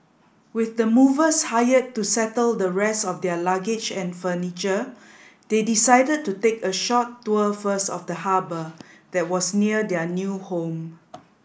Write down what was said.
with the movers hired to settle the rest of their luggage and furniture they decided to take a short tour first of the harbour that was near their new home